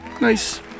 Nice